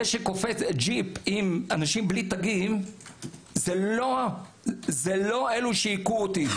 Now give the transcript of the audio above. זה שקופץ ג'יפ עם אנשים בלי תגים זה לא אלה שהיכו אותי.